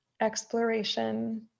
exploration